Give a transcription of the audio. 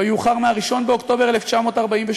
לא יאוחר מה-1 באוקטובר 1948,